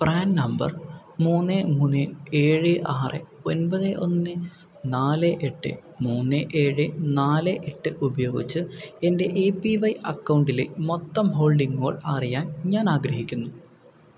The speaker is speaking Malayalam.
പ്രാൻ നമ്പർ മൂന്ന് മൂന്ന് ഏഴ് ആറ് ഒൻപത് ഒന്ന് നാല് എട്ട് മൂന്ന് ഏഴ് നാല് എട്ട് ഉപയോഗിച്ച് എൻ്റെ എ പി വൈ അക്കൗണ്ടിലെ മൊത്തം ഹോൾഡിങ്ങുകൾ അറിയാൻ ഞാൻ ആഗ്രഹിക്കുന്നു